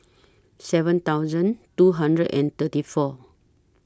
seven thousand two hundred and thirty four